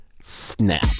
SNAP